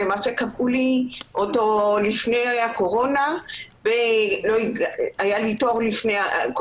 שקבעו לי לפני הקורונה ולא הייתי בו אז